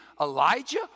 Elijah